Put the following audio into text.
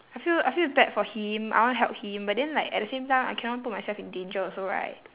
I feel I feel bad for him I want help him but then like at the same time I cannot put myself in danger also right